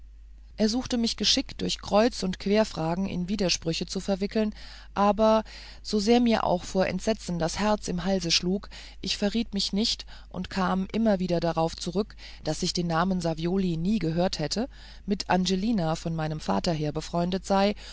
er suchte mich geschickt durch kreuz und querfragen in widersprüche zu verwickeln aber so sehr mir auch vor entsetzen das herz im halse schlug ich verriet mich nicht und kam immer wieder darauf zu rück daß ich den namen savioli nie gehört hätte mit angelina von meinem vater her befreundet sei